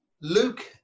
Luke